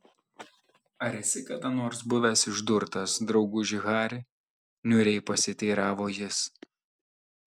ar esi kada nors buvęs išdurtas drauguži hari niūriai pasiteiravo jis